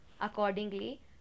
Accordingly